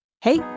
Hey